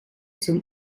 zum